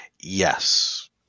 Yes